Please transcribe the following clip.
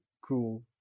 Cool